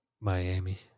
Miami